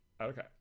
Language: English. okay